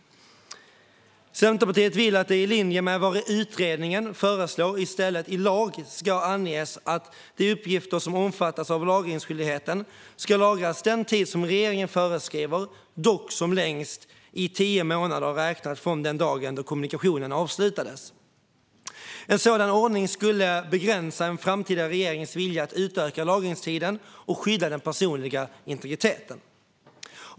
Centerpartiet vill att det, i linje med vad utredningen föreslår, i stället i lag ska anges att de uppgifter som omfattas av lagringsskyldigheten ska lagras den tid som regeringen föreskriver, dock som längst i tio månader räknat från den dag då kommunikationen avslutades. En sådan ordning skulle begränsa en framtida regerings vilja att utöka lagringstiden och skydda den personliga integriteten.